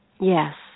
Yes